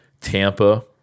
Tampa